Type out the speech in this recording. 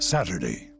Saturday